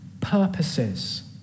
purposes